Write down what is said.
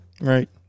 right